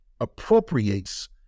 appropriates